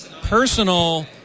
personal